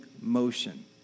motion